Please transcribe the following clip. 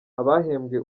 abahembwe